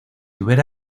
hubiera